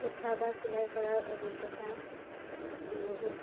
গোঁঠা বা চিলাই কৰাৰ অভিজ্ঞতা বহুত